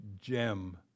gem